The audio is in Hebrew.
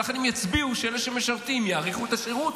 ולכן הם יצביעו שאלה שמשרתים יאריכו את השירות,